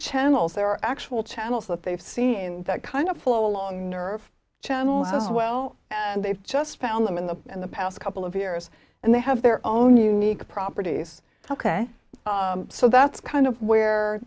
channels there are actual channels that they've seen that kind of flow along nerve channels as well and they've just found them in the in the past couple of years and they have their own unique properties ok so that's kind of where